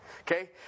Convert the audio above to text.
okay